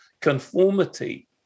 conformity